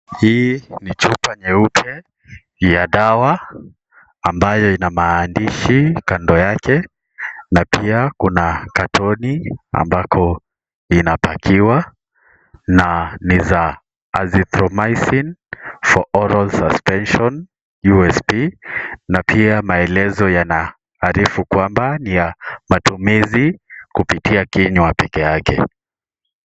Hii ni chupa nyeupe ya dawa ambayo inamaandishi kando yake na pia kuna katoni ambako ina atachiwa na niza (cs)Azithromycin for oral suspension usp na pia maelezo yana arifu kwamba ni ya matumizi kupitia kinywa pekee yake.